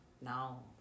Now